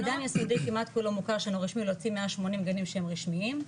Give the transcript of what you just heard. קדם יסודי כמעט כולו אינו רשמי להוציא 180 גנים שהם רשמיים.